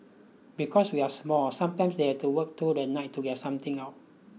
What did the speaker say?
because we are small sometimes they have to work through the night to get something out